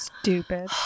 stupid